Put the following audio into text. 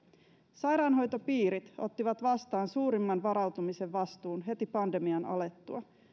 sairaanhoitopiirit ottivat vastaan suurimman varautumisen vastuun heti pandemian alettua